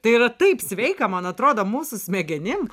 tai yra taip sveika man atrodo mūsų smegenim